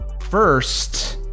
First